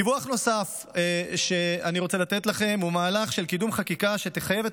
דיווח נוסף שאני רוצה לתת לכם הוא מהלך של קידום חקיקה שתחייב את